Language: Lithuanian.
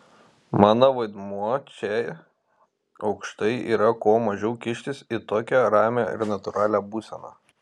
mano vaidmuo čia aukštai yra kuo mažiau kištis į tokią ramią ir natūralią būseną